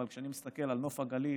אבל כשאני מסתכל על נוף הגליל,